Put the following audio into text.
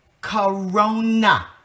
corona